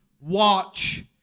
watch